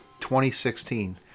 2016